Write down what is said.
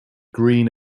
green